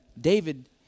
David